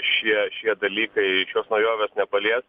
šie šie dalykai šios naujovės nepalies